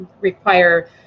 require